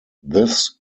this